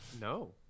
No